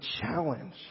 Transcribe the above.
challenge